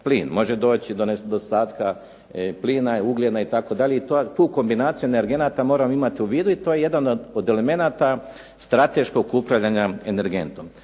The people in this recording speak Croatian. plin. Može doći do nedostatka plina, ugljena itd. i tu kombinaciju energenata moramo imati u vidu i to je jedan od elemenata strateškog upravljanja energentom.